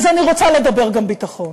אז אני רוצה לדבר גם ביטחון.